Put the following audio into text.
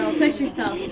um push yourself.